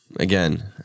Again